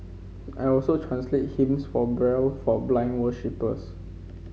I also translate hymns for Braille for blind worshippers